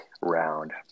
round